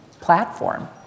platform